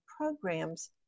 programs